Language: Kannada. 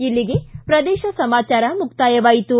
ಇಲ್ಲಿಗೆ ಪ್ರದೇಶ ಸಮಾಚಾರ ಮುಕ್ತಾಯವಾಯಿತು